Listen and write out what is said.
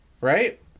right